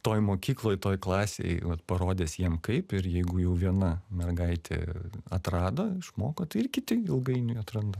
toje mokykloj toj klasėj vat parodęs jiem kaip ir jeigu jau viena mergaitė atrado išmoko tai ir kiti ilgainiui atranda